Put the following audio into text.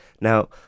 Now